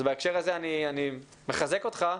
אז בהקשר הזה אני מחזק אותך,